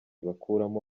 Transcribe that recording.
bakuramo